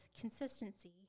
consistency